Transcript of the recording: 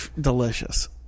delicious